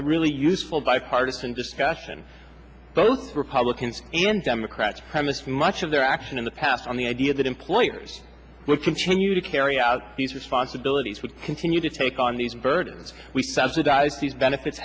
a really useful bipartisan discussion both republicans and democrats premised much of their action in the past on the idea that employers will continue to carry out these responsibilities would continue to take on these burdens we subsidize these benefits